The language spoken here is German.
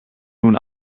nun